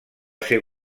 ser